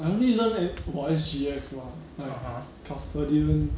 I only learn eh about S_G_X lah like custodian